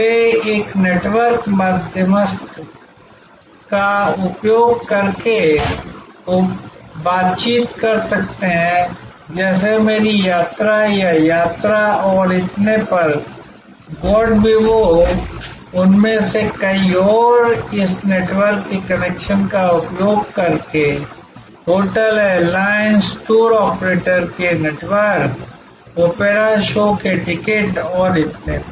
वे एक नेटवर्क मध्यस्थ का उपयोग करके बातचीत कर सकते हैं जैसे मेरी यात्रा या यात्रा और इतने पर गोइबिबो उनमें से कई और इस नेटवर्क के कनेक्शन का उपयोग करके होटल एयरलाइंस टूर ऑपरेटर के नेटवर्क ओपेरा शो के लिए टिकट और इतने पर